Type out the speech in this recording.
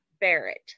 Barrett